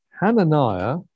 Hananiah